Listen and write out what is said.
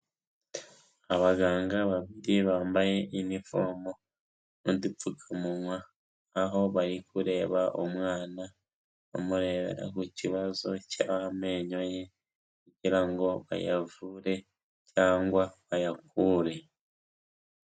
Abaganga babiri bambaye inifomo n'udupfukamunwa aho bari kureba umwana, bamurebera ku kibazo cy'amenyo ye kugira ngo bayavure cyangwa bayakure.